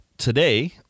Today